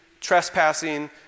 trespassing